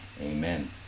amen